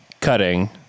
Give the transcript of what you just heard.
cutting